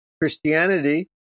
Christianity